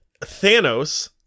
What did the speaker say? Thanos